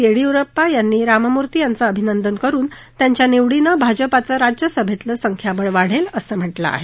येडीयुरप्पा यांनी राममूर्ती याचं अभिनंदन करुन त्यांच्या निवडीनं भाजपाचं राज्यसभेतलं संख्याबळ वाढेल असं म्हटलं आहे